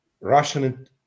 Russian